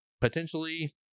potentially